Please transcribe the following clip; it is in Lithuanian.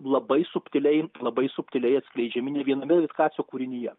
labai subtiliai labai subtiliai atskleidžiami ne viename vitkaco kūrinyje